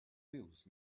wheels